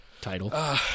title